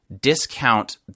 discount